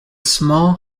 small